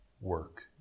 work